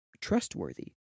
trustworthy